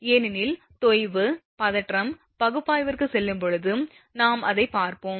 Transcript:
ஏனெனில் தொய்வு பதற்றம் பகுப்பாய்விற்கு செல்லும் போது நாம் அதைப் பார்ப்போம்